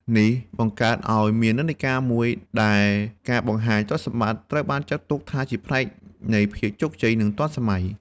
នេះបង្កើតឱ្យមាននិន្នាការមួយដែលការបង្ហាញទ្រព្យសម្បត្តិត្រូវបានចាត់ទុកជាផ្នែកមួយនៃភាពជោគជ័យ និងភាពទាន់សម័យ។